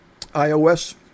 iOS